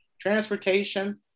transportation